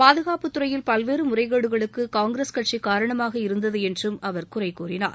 பாதுகாப்புத் துறையில் பல்வேறு முறைகேடுகளுக்கு காங்கிரஸ் கட்சி காரணமாக இருந்தது என்றும் அவர் குறைகூறினார்